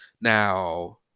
now